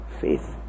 faith